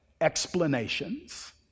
explanations